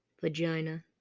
vagina